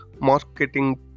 Marketing